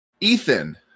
Ethan